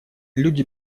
люди